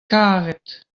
karet